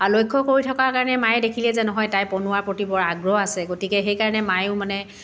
আৰু লক্ষ্য কৰি থকাৰ কাৰণে মায়ে দেখিলে যে নহয় তাই বনোৱাৰ প্ৰতি বৰ আগ্ৰহ আছে গতিকে সেইকাৰণে মায়েও মানে